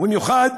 ובמיוחד